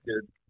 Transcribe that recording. good